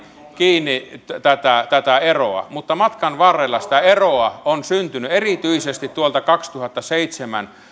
kiinni tätä tätä eroa mutta matkan varrella sitä eroa on syntynyt erityisesti vuodesta kaksituhattaseitsemän